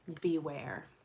beware